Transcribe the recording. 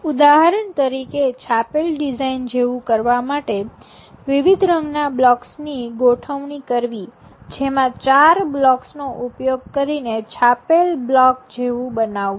ઉદાહરણ તરીકે છાપેલ ડિઝાઇન જેવું કરવા માટે વિવિધ રંગના બ્લોક્સની ગોઠવણી કરવી જેમાં ચાર બ્લોકસનો ઉપયોગ કરીને છાપેલ બ્લોક જેવું બનાવવું